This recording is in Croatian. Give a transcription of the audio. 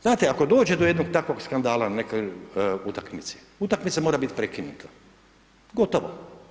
Znate ako dođe do jednog takvog skandala na nekoj utakmici, utakmica mora biti prekinuta, gotovo.